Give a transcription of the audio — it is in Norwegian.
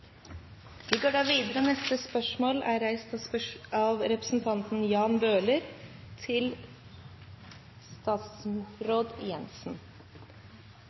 Vi går videre til neste spørsmål, fra representanten Rasmus Hansson til statsråd